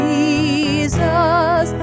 Jesus